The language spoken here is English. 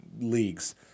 leagues